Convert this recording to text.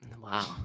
Wow